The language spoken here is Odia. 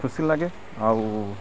ଖୁସି ଲାଗେ ଆଉ